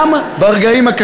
את מי זה מעודד, חוץ מאותך?